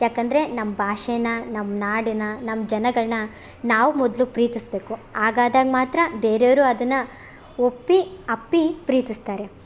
ಯಾಕೆಂದ್ರೆ ನಮ್ಮ ಭಾಷೆನ ನಮ್ಮ ನಾಡನ್ನ ನಮ್ಮ ಜನಗಳನ್ನ ನಾವು ಮೊದಲು ಪ್ರೀತಸಬೇಕು ಹಾಗಾದಾಗ್ ಮಾತ್ರ ಬೇರೆಯವರು ಅದನ್ನು ಒಪ್ಪಿ ಅಪ್ಪಿ ಪ್ರೀತಿಸ್ತಾರೆ